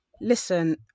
Listen